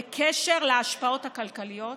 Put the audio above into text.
בקשר להשפעות הכלכליות